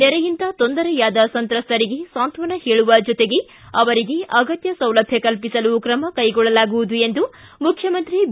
ನೆರೆಯಿಂದ ತೊಂದರೆಯಾದ ಸಂತ್ರಸ್ತರಿಗೆ ಸಾಂತ್ವನ ಹೇಳುವ ಜತೆಗೆ ಅವರಿಗೆ ಅಗತ್ತ ಸೌಲಭ್ಹ ಕಲ್ಪಿಸಲು ಕ್ರಮ ಕೈಗೊಳ್ಳಲಾಗುವುದು ಎಂದು ಮುಖ್ಯಮಂತ್ರಿ ಬಿ